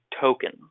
token